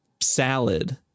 salad